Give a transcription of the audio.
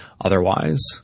otherwise